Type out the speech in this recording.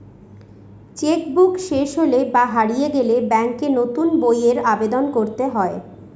check book শেষ হলে বা হারিয়ে গেলে ব্যাঙ্কে নতুন বইয়ের আবেদন করতে হয়